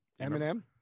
Eminem